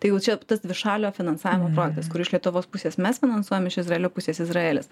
tai jau čia tas dvišalio finansavimo projektas kur iš lietuvos pusės mes finansuojam š izraelio pusės izraelis